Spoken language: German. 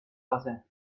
wasser